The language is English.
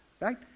right